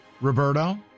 Roberto